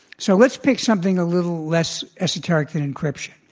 so let's pick something a little less esoteric in encryption.